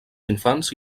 infants